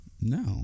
No